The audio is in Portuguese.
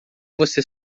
você